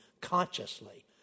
consciously